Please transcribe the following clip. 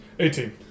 Eighteen